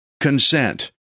consent